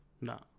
No